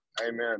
Amen